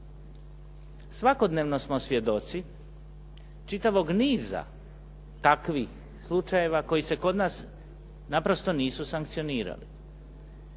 Svakodnevno smo svjedoci čitavog niza takvih slučajeva koji se kod nas naprosto nisu sankcionirali,